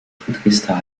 friedrichsthal